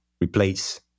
replace